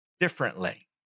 differently